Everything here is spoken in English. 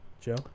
Joe